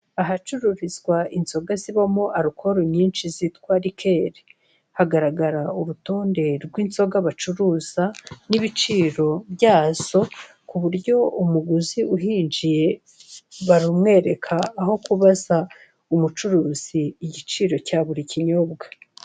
Ahacururizwa inzoga zibamo alukolo nyinshi zitwa likeri, hagaragara urutonde rw'inzoga bacuruza n'ibiciro byazo kuburyo umuguzi uhinjiye barumwereka aho kubaza umucuruzi igiciro cya buri kinyobwa.